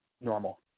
normal